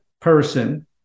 person